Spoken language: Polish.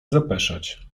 zapeszać